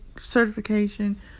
certification